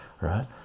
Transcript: right